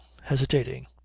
hesitating